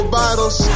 bottles